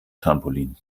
trampolin